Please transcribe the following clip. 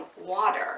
water